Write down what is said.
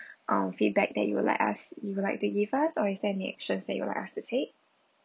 uh feedback that you would like us you would like to give us or is there any action that you would like us to take